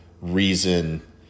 reason